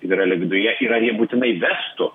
izraelio viduje ir ar jie būtinai vestų